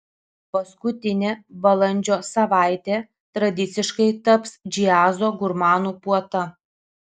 paskutinė balandžio savaitė tradiciškai taps džiazo gurmanų puota